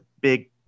big